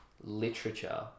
literature